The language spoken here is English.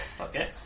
Okay